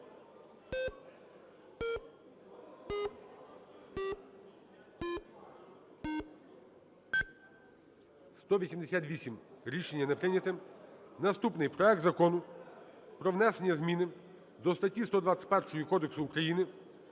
За-188 Рішення не прийнято. Наступний: проект Закону про внесення зміни до статті 121 Кодексу України